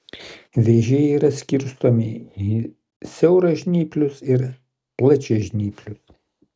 vėžiai yra skirstomi į siauražnyplius ir plačiažnyplius